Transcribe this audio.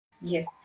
yes